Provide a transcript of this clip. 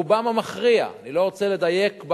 רובן המכריע,